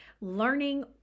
learning